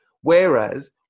whereas